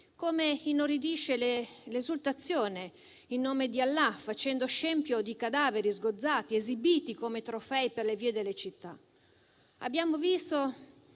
come inorridisce l'esultazione in nome di Allah, facendo scempio di cadaveri sgozzati ed esibiti come trofei per le vie delle città. Abbiamo visto